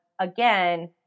again